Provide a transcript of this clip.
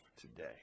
today